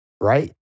right